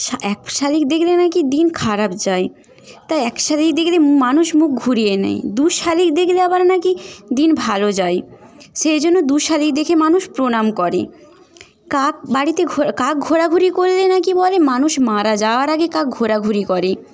এক শালিখ দেখলে নাকি দিন খারাপ যায় তাই এক শালিখ দেখলে মানুষ মুখ ঘুরিয়ে নেয় দু শালিখ দেখলে আবার নাকি দিন ভালো যায় সেই জন্য দু শালিখ দেখে মানুষ প্রণাম করে কাক বাড়িতে কাক ঘোরাঘুরি করলে নাকি বলে মানুষ মারা যাওয়ার আগে কাক ঘোরাঘুরি করে